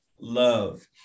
love